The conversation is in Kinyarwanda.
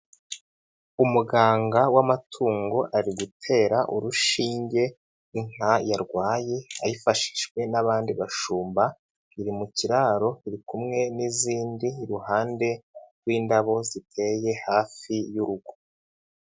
Umuganga w'amatungo ari gutera urushinge inka yarwaye, ayifashishwe n'abandi bashumba, iri mu kiraro iri kumwe n'izindi, iruhande rw'indabo ziteye hafi y'urugo.